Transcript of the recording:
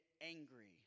angry